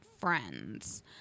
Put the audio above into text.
friends